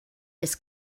this